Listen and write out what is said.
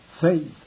faith